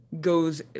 goes